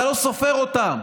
אתה לא סופר אותם.